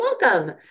welcome